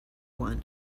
one